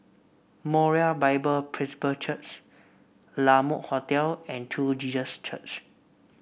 Moriah Bible Presby Church La Mode Hotel and True Jesus Church